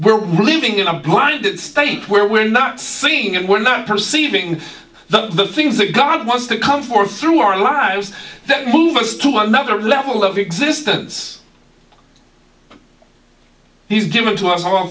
we're reliving in a blinded state where we're not seeing and we're not perceiving the things that god wants to come for through our lives that move us to another level of existence he's given to us